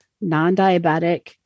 non-diabetic